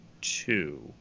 two